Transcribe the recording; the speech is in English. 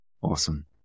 Awesome